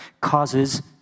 causes